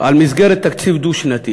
על מסגרת תקציב דו-שנתי